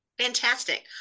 Fantastic